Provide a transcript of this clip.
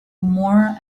more